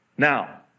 Now